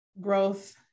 growth